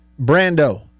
Brando